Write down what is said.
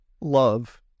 love